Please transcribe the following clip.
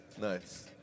Nice